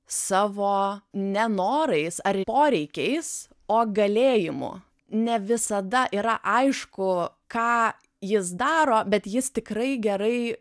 savo nenorais ar poreikiais o galėjimu ne visada yra aišku ką jis daro bet jis tikrai gerai